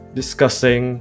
discussing